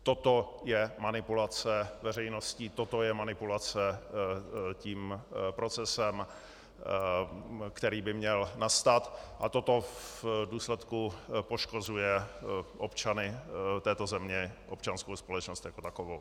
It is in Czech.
Toto je manipulace veřejností, toto je manipulace tím procesem, který by měl nastat, a toto v důsledku poškozuje občany této země, občanskou společnost jako takovou.